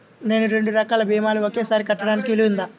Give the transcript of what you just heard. నేను రెండు రకాల భీమాలు ఒకేసారి కట్టడానికి వీలుందా?